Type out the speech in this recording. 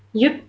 you